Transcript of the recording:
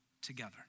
together